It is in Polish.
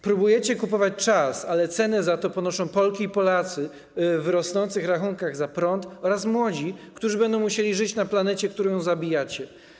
Próbujecie kupować czas, ale cenę za to ponoszą Polki i Polacy w rosnących rachunkach za prąd oraz młodzi, którzy będą musieli żyć na planecie, którą zabijacie.